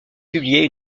publié